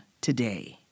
today